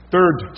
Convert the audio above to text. Third